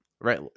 right